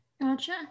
Gotcha